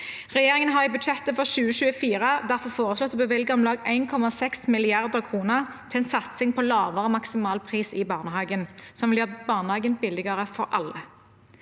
Regjeringen har i budsjettet for 2024 derfor foreslått å bevilge om lag 1,6 mrd. kr til en satsing på lavere maksimalpris i barnehagen, noe som vil gjøre barnehagen billigere for alle.